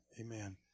amen